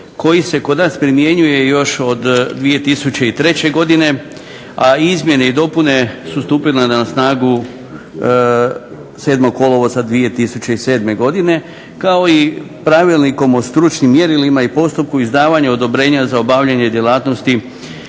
koji se kod nas primjenjuje još od 2003. godine, a izmjene i dopune su stupile na snagu 7. kolovoza 2007. godine, kao i Pravilnikom o stručnim mjerilima i postupku izdavanja odobrenja za obavljanje djelatnosti